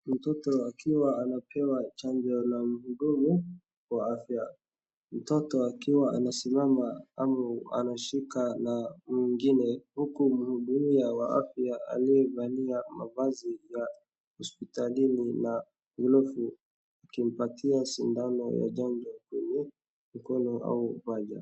Mtoto akiwa anapewa chanjo na mhudumu wa afya, mtoto akiwa anasimama au anashikwa na mwengine huku mhudumu wa afya aliyevalia mavazi ya hospitalini na glovu akimpatia shindano ya chanjo kwenye mkono au paja.